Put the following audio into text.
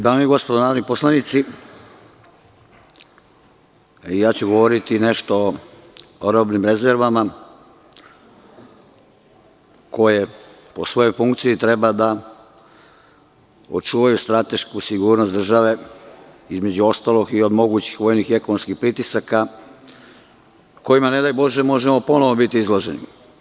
Dame i gospodo narodni poslanici, govoriću nešto o robnim rezervama koje po svojoj funkciji treba da očuvaju stratešku sigurnost države, između ostalog i od mogućih vojnih i ekonomskih pritisaka kojima, ne daj bože, možemo ponovo biti izloženi.